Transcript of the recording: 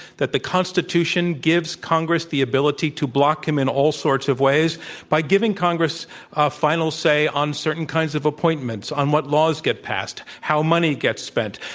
that the constitution gives congress the ability to block him in all sorts of ways by giving congress a final say on certain kinds of appointments, on what laws get passed, how money gets spent.